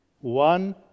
One